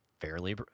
fairly